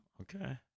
Okay